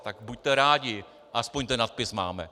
Tak buďte rádi, aspoň ten nadpis máme.